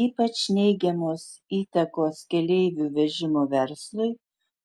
ypač neigiamos įtakos keleivių vežimo verslui